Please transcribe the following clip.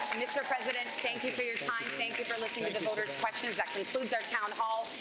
mr. president, thank you for your thank you for listening to the voters' questions. that concludes our town hall.